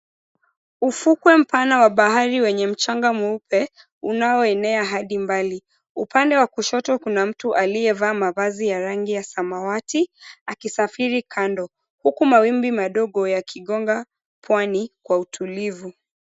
Ufukwe mpana wa bahari wenye mchanga mweupe unaoenea hadi mbali. Upande wa kushoto kuna mtu aliyevaa mavazi ya rangi ya samawati akisafiri kando, huku mawimbi madogo yakigonga pwani kwa utulivu.